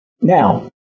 Now